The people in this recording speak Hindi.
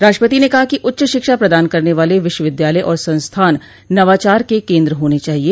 राष्ट्रपति ने कहा कि उच्च शिक्षा प्रदान करने वाले विश्वविद्यालय और संस्थान नवाचार के केंद्र हाने चाहिए